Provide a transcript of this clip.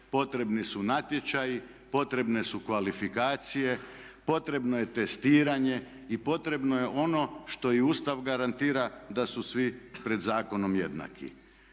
potrebni su natječaji, potrebne su kvalifikacije, potrebno je testiranje i potrebno je ono što i Ustav garantira da su svi pred zakonom jednaki.